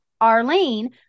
Arlene